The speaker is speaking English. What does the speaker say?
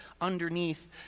underneath